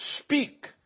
speak